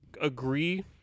agree